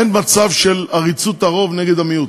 אין מצב של עריצות הרוב נגד המיעוט,